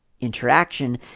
interaction